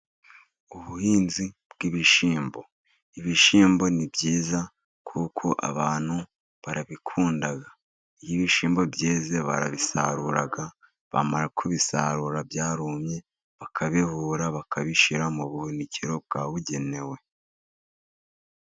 Ubuhinzi bw'ibishyimbo. Ibishyimbo ni byiza kuko abantu barabikunda. Iyo ibishyimbo byeze barabisarura, bamara kubisarura byarumye, bakabihura ,bakabishyira mu buhunikiro bwabugenewe.